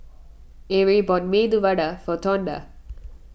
Arie bought Medu Vada for Tonda